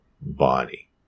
body